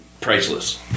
priceless